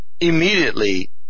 immediately